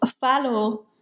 follow